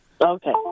Okay